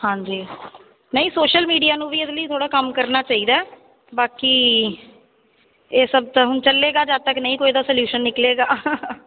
ਹਾਂਜੀ ਨਹੀਂ social media ਨੂੰ ਵੀ ਇਹਦੇ ਲਈ ਥੋੜ੍ਹਾ ਕੰਮ ਕਰਨਾ ਚਾਹੀਦਾ ਬਾਕੀ ਇਹ ਸਭ ਤਾਂ ਹੁਣ ਚੱਲੇਗਾ ਜਦੋਂ ਤੱਕ ਨਹੀਂ ਕੋਈ ਇਹਦਾ ਸਲਿਊਸ਼ਨ ਨਿਕਲੇਗਾ